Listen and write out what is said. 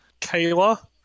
Kayla